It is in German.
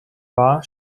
war